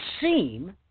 seem